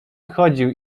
chodził